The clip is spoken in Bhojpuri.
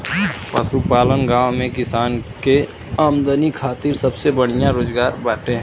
पशुपालन गांव में किसान के आमदनी खातिर सबसे बढ़िया रोजगार बाटे